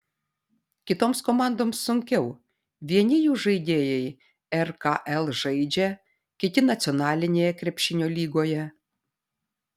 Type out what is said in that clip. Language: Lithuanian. kitoms komandoms sunkiau vieni jų žaidėjai rkl žaidžia kiti nacionalinėje krepšinio lygoje